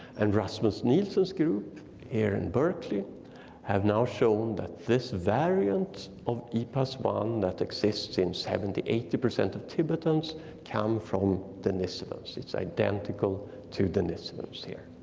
and rasmus nielsen's group here in berkeley have now shown that this variant of e p a s one that exists in seventy, eighty percent of tibetans come from denisovans. it's identical to denisovans here.